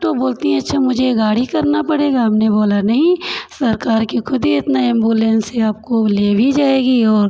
तो बोलती हैं अच्छा मुझे गाड़ी करना पड़ेगा हमने बोला नहीं सरकार की खुदी इतना एम्बुलेंस है आपको वो ले भी जाएगी और